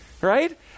right